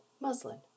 Muslin